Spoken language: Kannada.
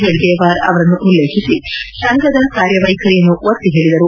ಹೆಡ್ಗೇವಾರ್ ಅವರನ್ನು ಉಲ್ಲೇಖೀಸಿ ಸಂಘದ ಕಾರ್ಯವೈಖರಿಯನ್ನು ಒತ್ತಿ ಹೇಳಿದರು